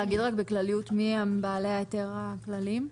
מי הם בעלי ההיתר הכלליים?